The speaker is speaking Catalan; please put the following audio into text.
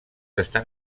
estan